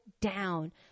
down